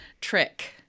trick